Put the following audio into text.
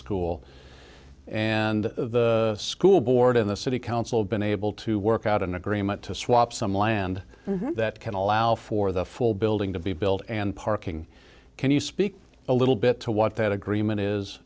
school and the school board in the city council been able to work out an agreement to swap some land that can allow for the full building to be built and parking can you speak a little bit to what that agreement is